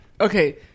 Okay